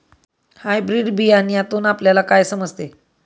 Hybrid बियाण्यातून आपल्याला काय समजते?